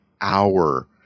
hour